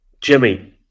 Jimmy